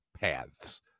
paths